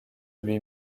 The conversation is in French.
lui